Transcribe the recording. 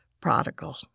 prodigal